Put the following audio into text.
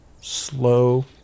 Slow